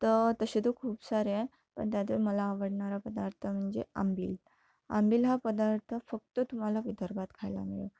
तर तसे तर खूप सारे आहे पण त्यात मला आवडणारा पदार्थ म्हणजे आंबील आंबील हा पदार्थ फक्त तुम्हाला विदर्भात खायला मिळेल